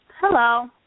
Hello